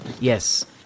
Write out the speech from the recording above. yes